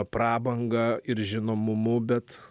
prabanga ir žinomumu bet